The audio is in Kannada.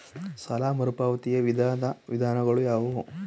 ಸಾಲ ಮರುಪಾವತಿಯ ವಿವಿಧ ವಿಧಾನಗಳು ಯಾವುವು?